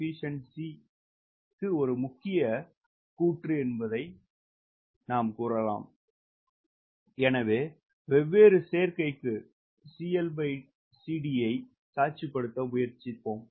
slide நேரத்தைப் பார்க்கவும் 0939 எனவே வெவ்வேறு சேர்க்கைக்கு CLCDஐ காட்சிப்படுத்த முயற்சிப்போம்